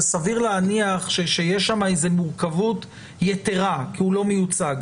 סביר להניח שיש שם איזו מורכבות יתרה כי הוא לא מיוצג.